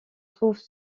trouve